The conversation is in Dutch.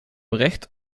bericht